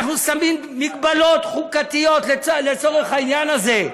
אנחנו שמים הגבלות חוקתיות לצורך העניין הזה.